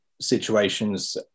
situations